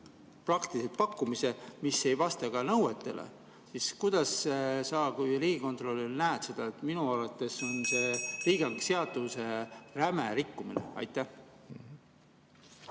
ühelt pakkumise, mis ei vasta ka nõuetele, siis kuidas sa kui riigikontrolör näed seda? Minu arvates on see riigihangete seaduse räme rikkumine. Aitäh!